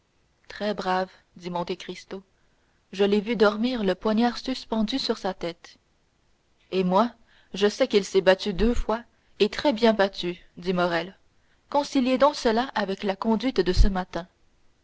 très brave dit monte cristo je l'ai vu dormir le poignard suspendu sur sa tête et moi je sais qu'il s'est battu deux fois et très bien battu dit morrel conciliez donc cela avec la conduite de ce matin